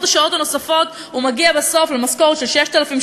השעות הנוספות הוא מגיע בסוף למשכורת של 6,000,